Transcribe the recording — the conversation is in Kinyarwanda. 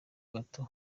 gato